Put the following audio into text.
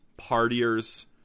partiers